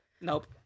Nope